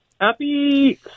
Happy